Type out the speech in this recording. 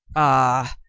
ah,